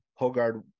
Hogard